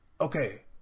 okay